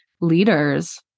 leaders